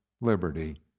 liberty